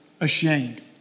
ashamed